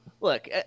Look